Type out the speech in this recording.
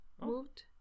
moved